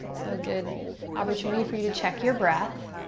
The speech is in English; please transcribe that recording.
also a good opportunity for you to check your breath.